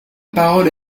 parole